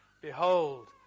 Behold